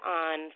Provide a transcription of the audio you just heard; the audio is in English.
on